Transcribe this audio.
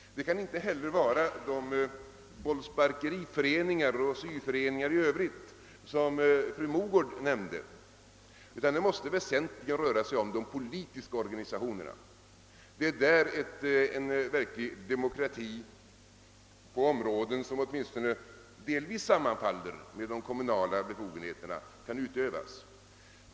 Det kan inte heller vara fråga om de bollsparkeriföreningar och syföreningar i Övrigt som fru Mogård nämnde, utan det måste väsentligen röra sig om de politiska organisationerna, där en verklig demokrati på områden som åtminstone delvis sammanfaller med de kommunala befogenheterna kan utövas.